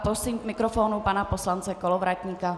Prosím k mikrofonu pana poslance Kolovratníka.